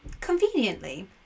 Conveniently